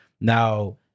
Now